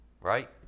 Right